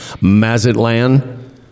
Mazatlan